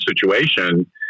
situation